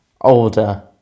older